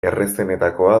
errazenetakoa